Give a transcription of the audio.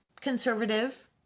conservative